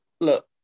Look